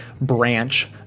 branch